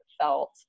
felt